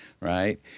right